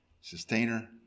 sustainer